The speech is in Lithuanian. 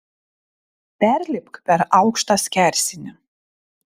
perlipk per aukštą skersinį